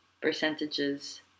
percentages